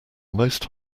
most